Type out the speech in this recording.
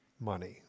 money